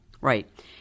Right